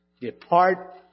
Depart